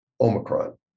Omicron